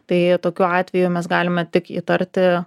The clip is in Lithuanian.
tai tokiu atveju mes galime tik įtarti